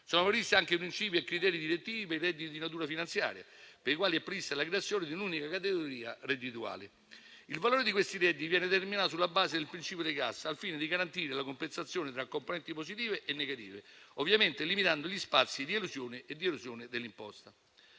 Sono previsti anche princìpi e criteri direttivi per i redditi di natura finanziaria, per i quali è prevista la creazione di un'unica categoria reddituale. Il valore di questi redditi viene determinato sulla base del principio di cassa, al fine di garantire la compensazione tra componenti positive e negative, limitando ovviamente gli spazi di elusione ed erosione dell'imposta.